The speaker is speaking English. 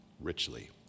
richly